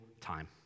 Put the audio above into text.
time